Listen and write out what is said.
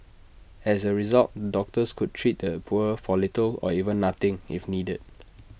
as A result doctors could treat the poor for little or even nothing if needed